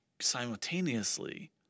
simultaneously